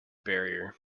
barrier